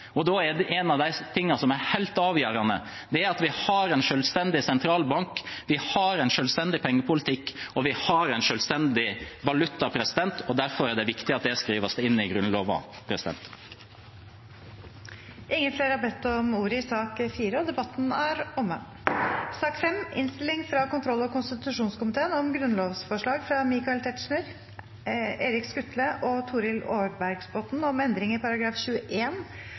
og da er en av de helt avgjørende tingene at vi har en selvstendig sentralbank, at vi har en selvstendig pengepolitikk, og at vi har en selvstendig valuta. Derfor er det viktig at det skrives inn i Grunnloven. Flere har ikke bedt om ordet til sak nr. 4. Grunnlovsforslaget me no har til handsaming, gjeld endring i Grunnlova § 21 andre punktum om å gjera eid eller å gje forsikring som vilkår for å verta skikka som embetsmann. I staden fremjar forslagsstillarane Michael Tetzschner, Erik Skutle og Torhild Aarbergsbotten